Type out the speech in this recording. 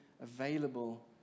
available